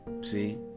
See